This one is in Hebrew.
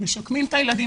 משקמים את הילדים.